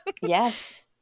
yes